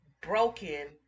broken